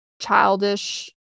childish